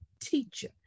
teacher